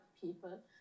people